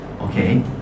okay